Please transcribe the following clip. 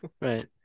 Right